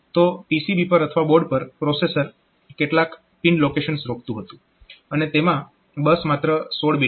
તો PCB પર અથવા બોર્ડ પર પ્રોસેસર કેટલાક પિન લોકેશન્સ રોકતું હતું અને તેમાં બસ માત્ર 16 બીટની હતી